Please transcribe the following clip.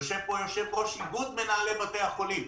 יושב פה יושב-ראש איגוד מנהלי בתי החולים,